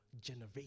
generation